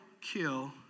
kill